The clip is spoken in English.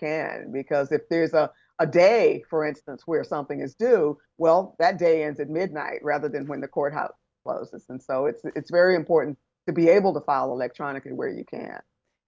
can because if there is a day for instance where something is due well that day ends at midnight rather than when the courthouse closes and so it's very important to be able to file electronically where you can